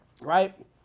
Right